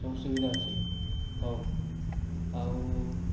ସବୁ ସୁବିଧା ଅଛି ହେଉ ଆଉ